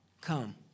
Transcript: Come